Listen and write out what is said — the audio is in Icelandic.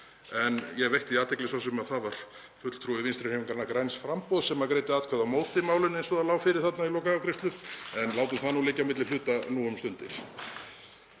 En ég hef veitt því athygli svo sem að það var fulltrúi Vinstrihreyfingarinnar – græns framboðs sem greiddi atkvæði á móti málinu eins og það lá fyrir þarna í lokaafgreiðslu en látum það nú liggja á milli hluta nú um stundir.